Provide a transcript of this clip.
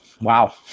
Wow